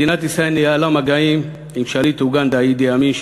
מדינת ישראל ניהלה מגעים עם שליט אוגנדה אידי אמין,